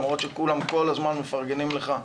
למרות שכולם כל הזמן מפרגנים לך,